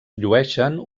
llueixen